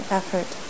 effort